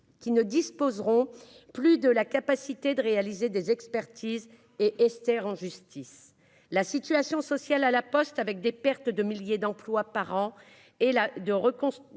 qui ne disposeront plus de la capacité de réaliser des expertises et d'ester en justice. La situation sociale à La Poste, avec la perte de milliers d'emplois par an et une restructuration